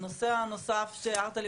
הנושא הנוסף שהערת לי,